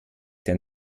denn